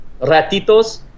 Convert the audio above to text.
ratitos